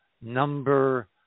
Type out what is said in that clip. number